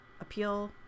appeal